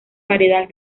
variedad